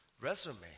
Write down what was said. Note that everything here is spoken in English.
resume